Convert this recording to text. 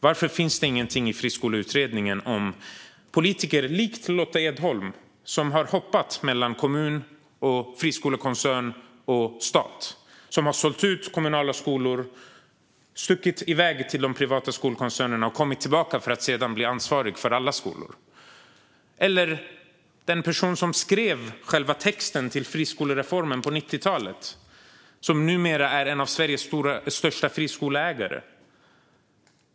Varför finns det inget i friskoleutredningen om politiker som likt Lotta Edholm har hoppat mellan kommun, friskolekoncern och stat? Det är politiker som har sålt ut kommunala skolor, stuckit iväg till de privata skolkoncernerna och sedan kommit tillbaka för att bli ansvariga för alla skolor. Eller ta den person som skrev själva texten till friskolereformen på 90-talet, som numera är en av Sveriges största friskoleägare.